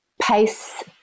pace